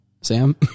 Sam